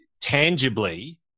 Tangibly